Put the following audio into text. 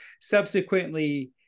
subsequently